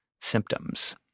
symptoms